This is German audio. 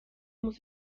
muss